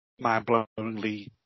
mind-blowingly